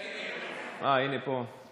אה, הינה, הוא פה.